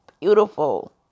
beautiful